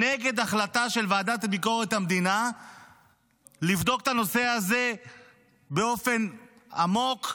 נגד החלטה של ועדת ביקורת המדינה לבדוק את הנושא הזה באופן עמוק,